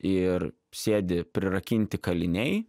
ir sėdi prirakinti kaliniai